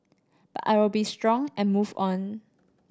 but I will be strong and move on